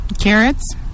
carrots